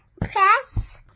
press